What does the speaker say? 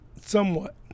Somewhat